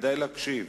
כדאי להקשיב.